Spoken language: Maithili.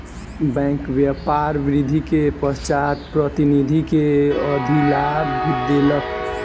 बैंक व्यापार वृद्धि के पश्चात प्रतिनिधि के अधिलाभ देलक